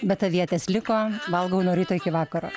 bet avietės liko valgau nuo ryto iki vakaro